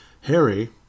Harry